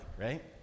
right